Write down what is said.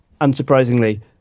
unsurprisingly